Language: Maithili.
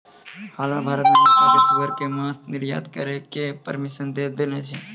हाल मॅ भारत न अमेरिका कॅ सूअर के मांस निर्यात करै के परमिशन दै देने छै